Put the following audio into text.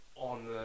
On